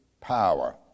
power